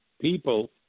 people